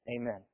Amen